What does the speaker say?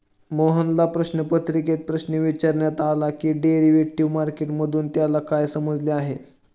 मोहनला प्रश्नपत्रिकेत प्रश्न विचारण्यात आला की डेरिव्हेटिव्ह मार्केट मधून त्याला काय समजले आहे?